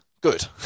Good